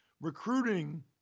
recruiting